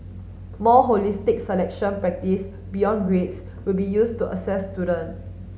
more holistic selection practice beyond grades will be used to assess student